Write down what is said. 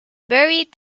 buried